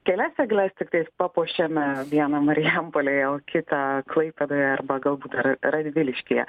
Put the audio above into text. kelias egles tiktais papuošėme vieną marijampolėje o kitą klaipėdoje arba galbūt ir radviliškyje